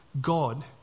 God